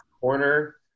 corner